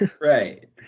Right